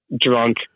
drunk